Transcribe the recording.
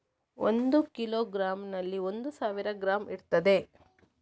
ಒಂದು ಕಿಲೋಗ್ರಾಂನಲ್ಲಿ ಒಂದು ಸಾವಿರ ಗ್ರಾಂ ಇರ್ತದೆ